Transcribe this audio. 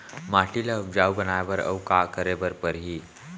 माटी ल उपजाऊ बनाए बर अऊ का करे बर परही?